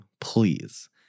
please